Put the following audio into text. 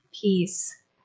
peace